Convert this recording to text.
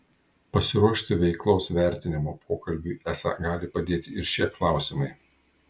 pasiruošti veiklos vertinimo pokalbiui esą gali padėti ir šie klausimai